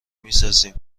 میسازیم